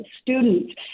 students